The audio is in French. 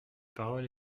parole